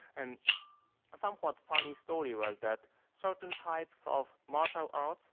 and a somewhat funny story was that certain types of martial art,